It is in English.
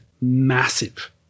massive